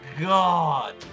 god